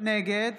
נגד